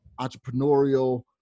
entrepreneurial